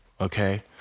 okay